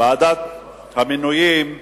(ועדת המינויים)